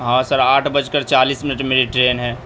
ہاں سر آٹھ بج کر چالیس منٹ میری ٹرین ہے